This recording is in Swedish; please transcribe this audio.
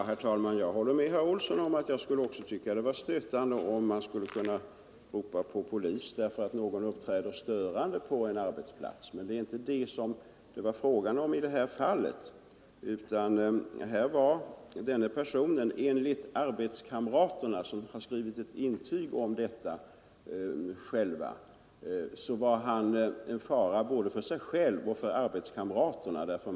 Herr talman! Jag tycker också att det vore stötande om man skulle kunna ropa på polis därför att någon uppträder störande på en arbetsplats. Men det var i detta fall inte fråga om något sådant, utan denne person var enligt arbetskamraterna, som skrivit ett intyg om detta, en fara både för sig själv och för arbetskamraterna.